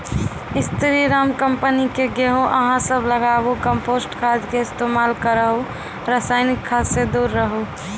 स्री Ram company के गेहूँ अहाँ सब लगाबु कम्पोस्ट खाद के इस्तेमाल करहो रासायनिक खाद से दूर रहूँ?